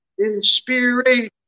Inspiration